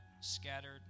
scattered